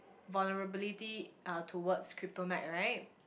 vulnerability uh towards kryptonite right